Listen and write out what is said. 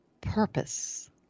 purpose